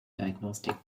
diagnostic